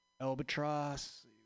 Albatross